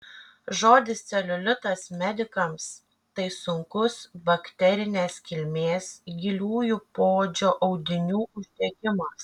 žodis celiulitas medikams tai sunkus bakterinės kilmės giliųjų poodžio audinių uždegimas